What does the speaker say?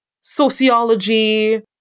sociology